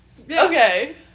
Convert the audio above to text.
Okay